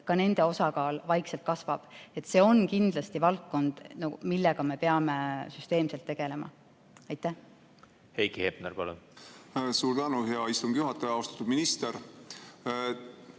riigieksami, vaikselt kasvab. See on kindlasti valdkond, millega me peame süsteemselt tegelema. Heiki Hepner, palun! Suur tänu, hea istungi juhataja! Austatud minister!